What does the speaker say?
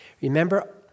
Remember